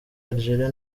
algeria